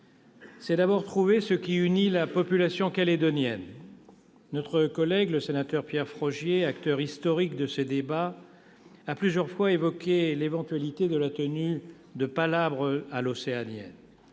c'est d'abord trouver ce qui unit la population calédonienne. Le sénateur Pierre Frogier, acteur historique de ces débats, a plusieurs fois évoqué l'éventualité de la tenue de « palabres à l'océanienne